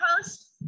post